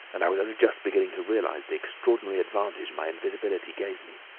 and i was only just beginning to realise the extraordinary advantage my invisibility gave me.